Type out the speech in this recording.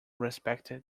respected